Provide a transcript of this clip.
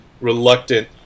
reluctant